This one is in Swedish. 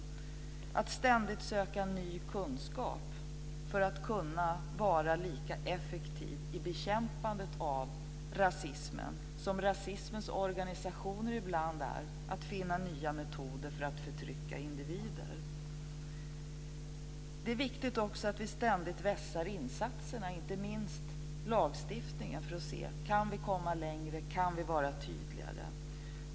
Det handlar om att ständigt söka ny kunskap för att kunna vara lika effektiv i bekämpandet av rasismen som rasismens organisationer ibland är att finna nya metoder för att förtrycka individer. Det är också viktigt att vi ständigt vässar insatserna. Det gäller inte minst lagstiftningen. Kan vi komma längre? Kan vi vara tydligare?